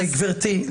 גברתי,